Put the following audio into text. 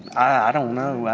i don't know,